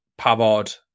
Pavard